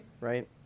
Right